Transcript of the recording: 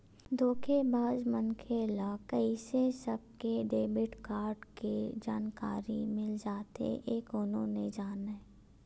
धोखेबाज मनखे ल कइसे सबके डेबिट कारड के जानकारी मिल जाथे ए कोनो नइ जानय